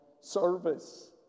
service